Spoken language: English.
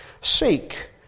Seek